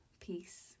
Peace